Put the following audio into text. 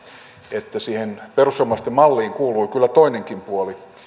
että siihen perussuomalaisten malliin kuului kyllä toinenkin puoli